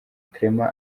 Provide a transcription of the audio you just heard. clement